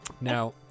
Now